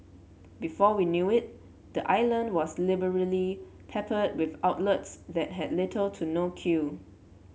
before we knew it the island was liberally peppered with outlets that had little to no queue